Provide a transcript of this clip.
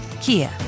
Kia